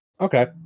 Okay